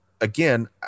again